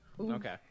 Okay